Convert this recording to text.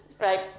right